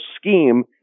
scheme